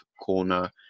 corner